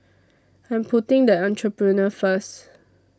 I'm putting the Entrepreneur First